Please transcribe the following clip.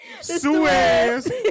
Suez